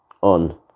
on